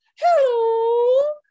Hello